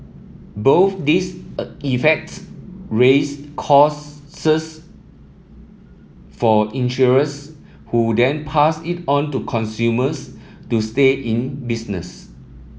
both these effects raise costs for insurers who then pass it on to consumers to stay in business